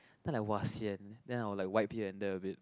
then like [wah] sian then I'll like wipe here and there a bit